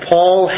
Paul